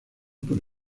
por